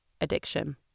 addiction